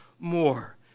more